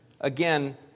again